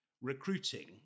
recruiting